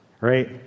right